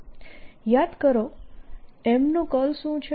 યાદ કરો M નું કર્લ શું છે